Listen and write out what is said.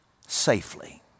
safely